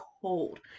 cold